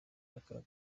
aka